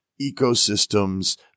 ecosystems